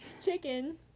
chicken